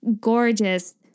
gorgeous